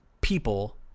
people